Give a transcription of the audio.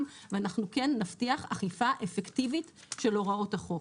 ואנחנו כן נבטיח אכיפה אפקטיבית של הוראות החוק.